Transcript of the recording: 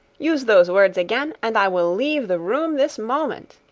use those words again, and i will leave the room this moment.